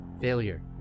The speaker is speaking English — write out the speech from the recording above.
Failure